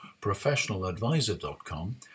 professionaladvisor.com